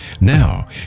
Now